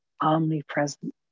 omnipresent